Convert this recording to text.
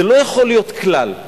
זה לא יכול להיות כלל.